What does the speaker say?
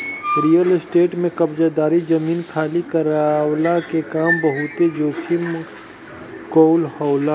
real estate में कब्ज़ादारी, जमीन खाली करववला के काम बहुते जोखिम कअ होला